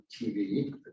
TV